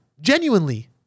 Genuinely